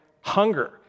hunger